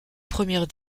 première